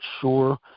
sure